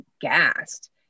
gassed